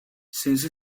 since